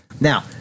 Now